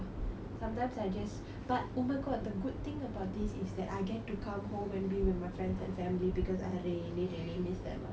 sometimes I just but oh my god the good thing about this is that I get to come home and be with my friends and family because I really really miss them a lot